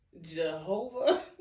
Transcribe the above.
Jehovah